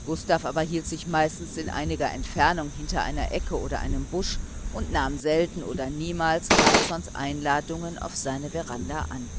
gustav aber hielt sich meistens in einiger entfernung hinter einer ecke oder einem busch und nahm selten oder niemals carlssons einladungen auf seine veranda an